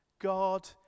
God